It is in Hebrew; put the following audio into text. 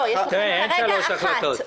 לא, יש לכם כרגע החלטה אחת.